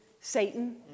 Satan